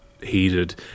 Heated